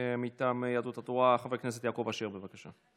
מטעם יהדות התורה, חבר הכנסת יעקב אשר, בבקשה.